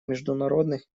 международных